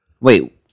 Wait